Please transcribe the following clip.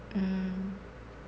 mm